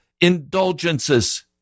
indulgences